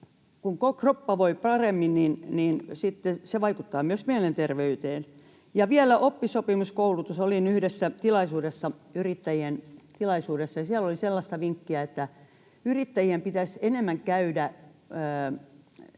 Kun kroppa voi paremmin, se vaikuttaa sitten myös mielenterveyteen. Ja vielä oppisopimuskoulutus. Olin yhdessä tilaisuudessa, yrittäjien tilaisuudessa, ja siellä oli sellaista vinkkiä, että yrittäjien pitäisi enemmän käydä